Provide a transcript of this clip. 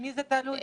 אני מסכימה.